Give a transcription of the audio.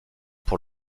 pour